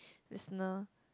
listener